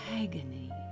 agony